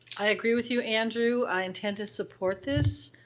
i agree with you andrew, i intend to support this.